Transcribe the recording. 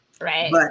right